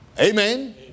Amen